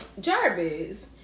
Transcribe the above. Jarvis